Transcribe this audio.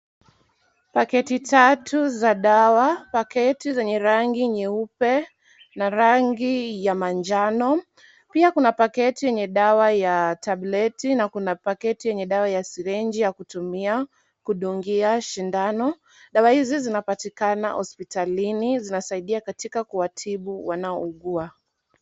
Paketi tatu za dawa ,paketi zenye rangi nyeupe na rangi ya manjano ,pia kuna paketi yenye dawa ya tablet (cs)na Kuna paketi yenye dawa ya sirenji ya kutumia kudungia shindano, dawa hizi upatikana hospitalini, zinasaidia katika kuwatibu wanaogua.